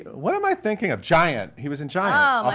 what am i thinking of? giant. he was in giant. oh,